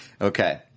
Okay